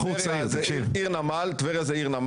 טבריה זה עיר נמל,